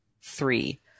three